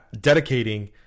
dedicating